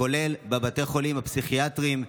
כולל בבתי החולים הפסיכיאטריים,